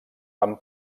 van